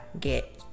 get